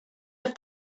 auf